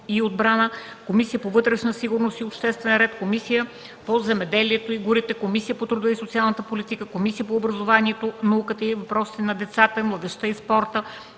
Комисията по вътрешна сигурност и обществен ред, Комисията по земеделието и горите, Комисията по труда и социалната политика, Комисията по образованието, науката и въпросите на децата, младежта и спорта,